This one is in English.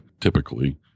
typically